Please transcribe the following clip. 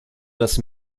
dass